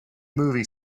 movie